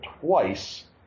twice